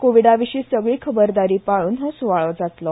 कोविडाविशी सगली खबरदारी पाळून हो सुवाळो जातलो